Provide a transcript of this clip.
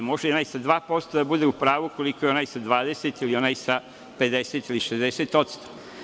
Može i onaj sa 2% da bude u pravu koliko i onaj sa 20% ili onaj sa 50% ili 60%